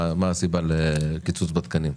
מה הסיבה לקיצוץ בתקנים.